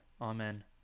Amen